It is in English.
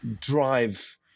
drive